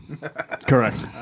Correct